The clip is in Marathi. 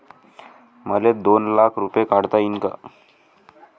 मले दोन लाख रूपे काढता येईन काय?